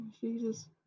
Jesus